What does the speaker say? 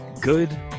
good